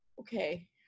okay